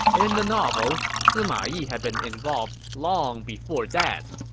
in the novel, sima yi had been involved long before that.